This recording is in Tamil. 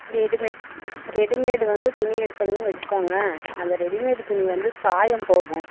ரெடிமேட் ரெடிமேடு வந்து துணி எடுத்தங்கன்னு வச்சிக்கோங்க அந்த ரெடிமேடு துணி வந்து சாயம் போகும்